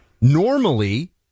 Normally